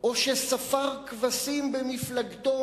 או ספר כבשים במפלגתו,